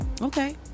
Okay